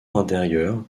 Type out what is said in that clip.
intérieur